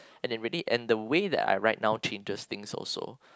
and then really and the way that I write down changes things also